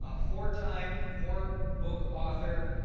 ah four time, four book author.